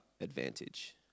advantage